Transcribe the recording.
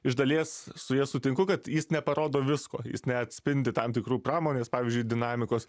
iš dalies su ja sutinku kad jis neparodo visko jis neatspindi tam tikrų pramonės pavyzdžiui dinamikos